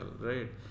right